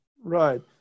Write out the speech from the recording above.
right